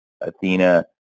Athena